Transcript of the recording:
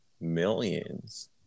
millions